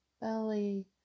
belly